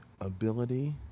ability